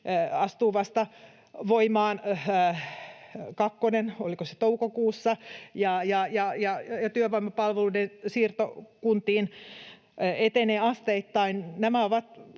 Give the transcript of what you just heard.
astuu voimaan vasta, oliko se toukokuussa, ja työvoimapalveluiden siirto kuntiin etenee asteittain.